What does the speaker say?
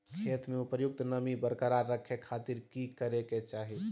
खेत में उपयुक्त नमी बरकरार रखे खातिर की करे के चाही?